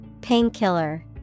Painkiller